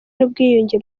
n’ubwiyunge